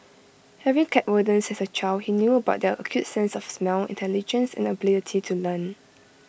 having kept rodents as A child he knew about their acute sense of smell intelligence and ability to learn